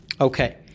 Okay